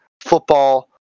football